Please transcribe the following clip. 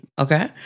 Okay